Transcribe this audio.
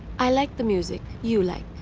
i like the music you like.